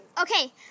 Okay